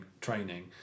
training